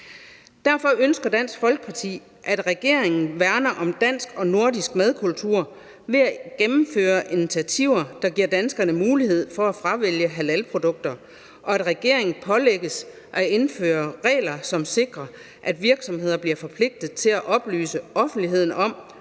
Derfor ønsker Dansk Folkeparti, at regeringen værner om dansk og nordisk madkultur ved at gennemføre initiativer, der giver danskerne mulighed for at fravælge halalprodukter, og at regeringen pålægges at indføre regler, som sikrer, at virksomheder bliver forpligtet til at oplyse offentligheden om,